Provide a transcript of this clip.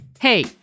Hey